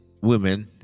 women